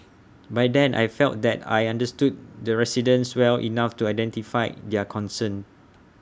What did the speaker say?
by then I felt that I understood the residents well enough to identify their concerns